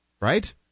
right